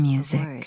Music